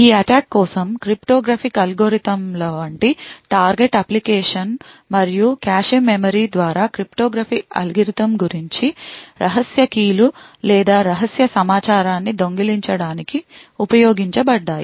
ఈ అటాక్ కోసం క్రిప్టోగ్రాఫిక్ అల్గోరిథంల వంటి టార్గెట్ అప్లికేషన్ మరియు కాష్ మెమరీ ద్వారా క్రిప్టోగ్రాఫిక్ అల్గోరిథం గురించి రహస్య key లు లేదా రహస్య సమాచారాన్ని దొంగిలించడానికి ఉపయోగించబడ్డాయి